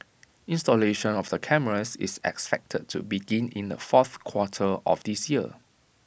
installation of the cameras is expected to begin in the fourth quarter of this year